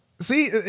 See